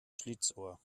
schlitzohr